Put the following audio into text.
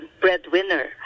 breadwinner